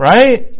Right